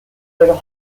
will